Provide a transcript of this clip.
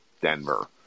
Denver